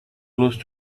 close